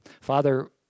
Father